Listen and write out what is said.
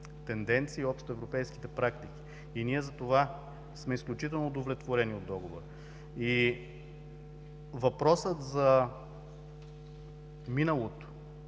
тенденции и общоевропейските практики и ние затова сме изключително удовлетворени от Договора. Въпросът за миналото.